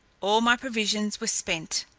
all my provisions were spent.